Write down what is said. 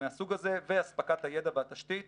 מהסוג הזה ואספקת הידע והתשתית